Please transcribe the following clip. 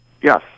yes